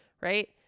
Right